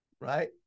Right